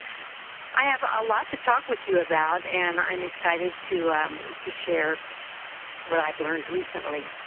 i have a lot to talk with you about and i'm excited to um to share what i've learned recently.